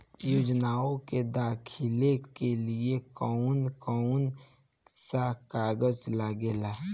योजनाओ के दाखिले के लिए कौउन कौउन सा कागज लगेला?